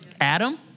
Adam